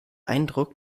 eindruck